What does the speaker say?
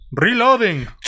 Reloading